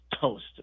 toast